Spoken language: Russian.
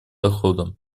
дохода